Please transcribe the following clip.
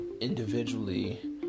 individually